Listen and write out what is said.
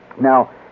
Now